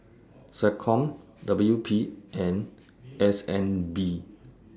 Seccom W P and S N B